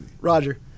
Roger